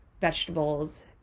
vegetables